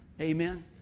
Amen